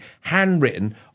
handwritten